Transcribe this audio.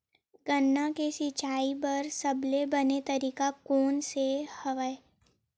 गन्ना के सिंचाई बर सबले बने तरीका कोन से हवय?